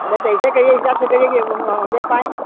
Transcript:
अरे तो ऐसा करिए हिसाब से करिए कि हम ले पाएँ